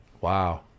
Wow